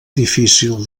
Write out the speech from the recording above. difícil